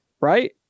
Right